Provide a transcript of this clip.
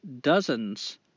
dozens